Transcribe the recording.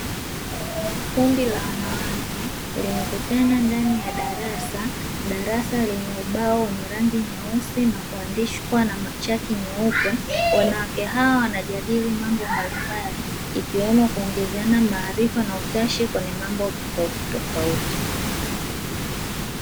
Kundi la wanawake, limekutana ndani ya darasa , darasa lenye ubao wenye rangi nyeusi na kuandikwa na machaki meupe, wanawake hawa wanajadili mambo mbalimbali ,ikiwemo kuongeza maarifa na utashi kwenye mambo mbalimbali tofautitofauti.